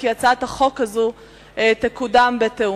כי הצעת החוק הזאת תקודם בתיאום.